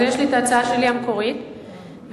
יש לי ההצעה המקורית שלי,